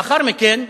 לאחר מכן,